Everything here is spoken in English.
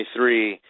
2023